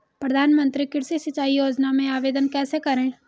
प्रधानमंत्री कृषि सिंचाई योजना में आवेदन कैसे करें?